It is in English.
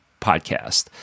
podcast